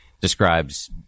describes